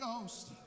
Ghost